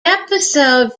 episode